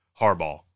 Harbaugh